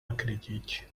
acredite